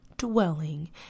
dwelling